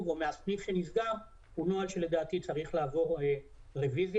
או מהסניף שנסגר הוא נוהל שלדעתי צריך לעבור רוויזיה.